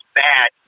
bad